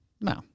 No